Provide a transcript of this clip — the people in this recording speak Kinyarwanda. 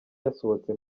yasohotse